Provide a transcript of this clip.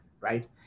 right